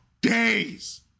days